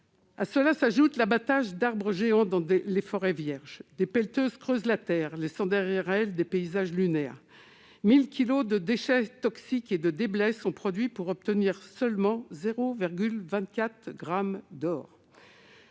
À cela s'ajoute l'abattage d'arbres géants dans les forêts vierges : des pelleteuses creusent la terre, laissant derrière elles des paysages lunaires. En outre, 1 000 kilogrammes de déchets toxiques et de déblais sont produits pour obtenir seulement 0,24 gramme d'or.